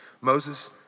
Moses